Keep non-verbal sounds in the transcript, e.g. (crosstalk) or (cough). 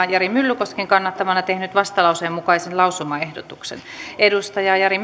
(unintelligible) jari myllykosken kannattamana tehnyt vastalauseen mukaisen lausumaehdotuksen jari (unintelligible)